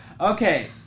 Okay